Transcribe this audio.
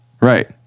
Right